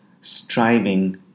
striving